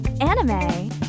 Anime